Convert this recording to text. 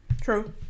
True